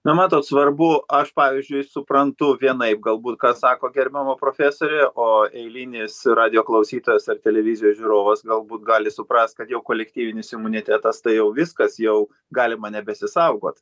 na matot svarbu aš pavyzdžiui suprantu vienaip galbūt ką sako gerbiama profesorė o eilinis radijo klausytojas ar televizijos žiūrovas galbūt gali suprast kad jao kolektyvinis imunitetas tai jau viskas jau galima nebesisaugot